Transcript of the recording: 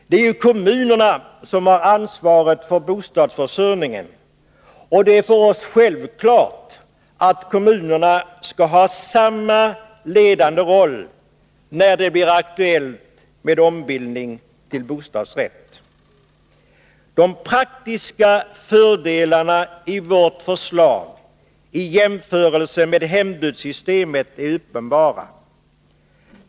Det är ju kommunerna som har ansvaret för bostadsförsörjningen, och det är för oss självklart att kommunerna skall ha samma ledande roll när det blir aktuellt med ombildning till bostadsrätt. De praktiska fördelarna i vårt förslag i jämförelse med hembudssystemet är uppenbara.